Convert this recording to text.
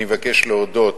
אני מבקש להודות